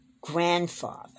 grandfather